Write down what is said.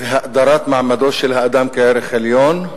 והאדרת מעמדו של האדם כערך עליון,